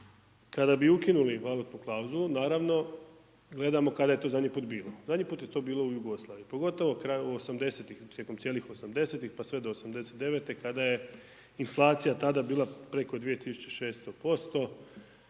kada bi ukinuli valutnu klauzulu, naravno, gledamo kada je to zadnji put bilo. Zadnji put je to bilo u Jugoslaviji, pogotovo krajem 80.-tih, tijekom cijelih 80.-tih, pa sve do 89.-te kada je inflacija tada bila preko 2600%,